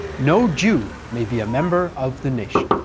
no jew may be a member of the nation.